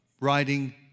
writing